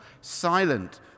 silent